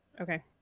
Okay